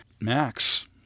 Max